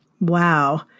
Wow